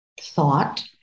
thought